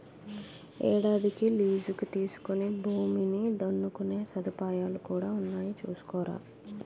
ఏడాదికి లీజుకి తీసుకుని భూమిని దున్నుకునే సదుపాయాలు కూడా ఉన్నాయి చూసుకోరా